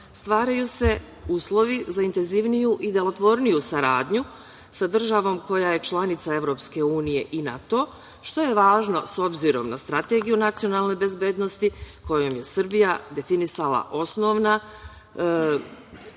stvaraju se uslovi za intenzivniju i delotvorniju saradnju sa državom koja je članica EU i NATO, što je važno s obzirom na Strategiju nacionalne bezbednosti, kojom je Srbija definisala osnovna